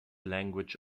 language